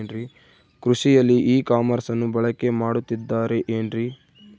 ಕೃಷಿಯಲ್ಲಿ ಇ ಕಾಮರ್ಸನ್ನ ಬಳಕೆ ಮಾಡುತ್ತಿದ್ದಾರೆ ಏನ್ರಿ?